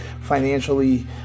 financially